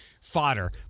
fodder